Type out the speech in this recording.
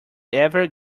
ever